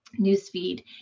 newsfeed